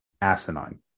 asinine